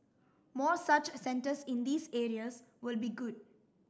more such centres in these areas would be good